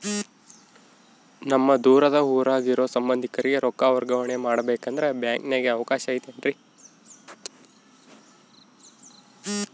ನಮ್ಮ ದೂರದ ಊರಾಗ ಇರೋ ಸಂಬಂಧಿಕರಿಗೆ ರೊಕ್ಕ ವರ್ಗಾವಣೆ ಮಾಡಬೇಕೆಂದರೆ ಬ್ಯಾಂಕಿನಾಗೆ ಅವಕಾಶ ಐತೇನ್ರಿ?